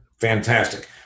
Fantastic